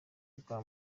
bwa